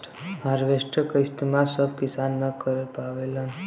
harvester क इस्तेमाल सब किसान न कर पावेलन